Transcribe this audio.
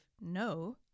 No